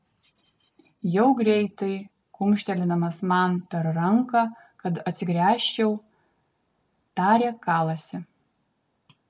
jau greitai kumštelėdamas man per ranką kad atsigręžčiau tarė kalasi